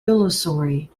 illusory